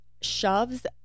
shoves